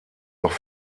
noch